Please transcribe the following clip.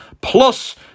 Plus